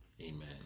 Amen